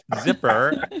zipper